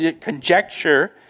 conjecture